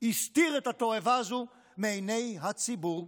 הסתיר את התועבה הזו מעיני הציבור,